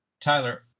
Tyler